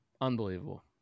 Unbelievable